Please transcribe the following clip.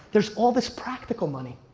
there's all this practical money.